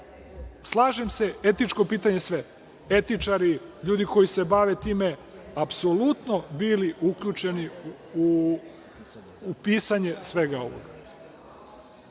tome. Slažem se, etičko pitanje, sve. Etičari, ljudi koji se bave time, apsolutno bili uključeni u pisanje svega ovoga.